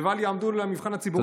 לבל יעמדו במבחן הציבורי?